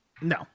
No